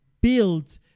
build